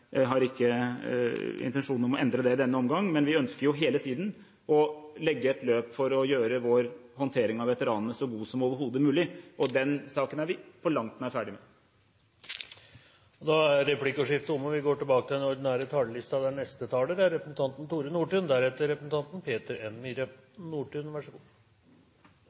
jeg har ikke intensjon om å endre det i denne omgang. Men vi ønsker jo hele tiden å legge et løp for å gjøre vår håndtering av veteranene så god som overhodet mulig, og den saken er vi på langt nær ferdig med. Replikkordskiftet er dermed omme. I 2008 behandlet Stortinget langtidsplanen for Forsvaret for årene 2009–2012. Langtidsplanen er